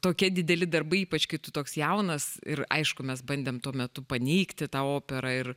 tokie dideli darbai ypač kai tu toks jaunas ir aišku mes bandėm tuo metu paneigti tą operą ir